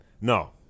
No